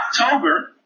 october